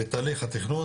בתהליך התכנון,